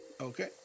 Okay